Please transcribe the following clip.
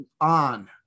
on